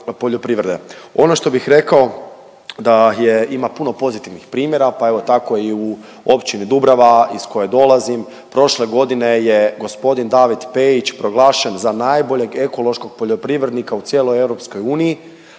poljoprivrede. Ono što bih rekao da je, ima puno pozitivnih primjera, pa evo tako i u Općini Dubrava iz koje dolazim, prošle godine je g. David Pejić proglašen za najboljeg ekološkog poljoprivrednika u cijeloj EU, a OPG Emina